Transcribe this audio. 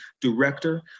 director